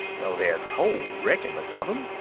though there's whole regiments of them.